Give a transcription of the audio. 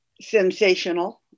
sensational